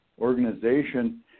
organization